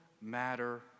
matter